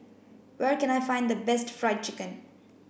where can I find the best fried chicken